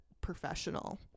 professional